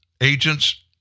agents